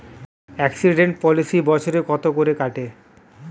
Accident policy বছরে কত করে কাটে?